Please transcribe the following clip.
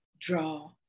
draw